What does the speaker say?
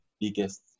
biggest